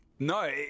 No